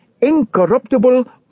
incorruptible